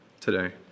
today